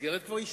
בבקשה.